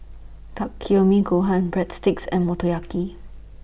Takikomi Gohan Breadsticks and Motoyaki